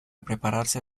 prepararse